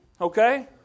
Okay